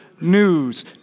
news